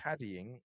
caddying